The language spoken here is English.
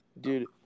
Dude